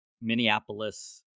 Minneapolis